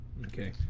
Okay